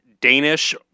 Danish